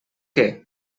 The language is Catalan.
què